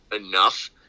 enough